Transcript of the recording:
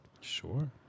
Sure